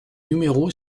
numéro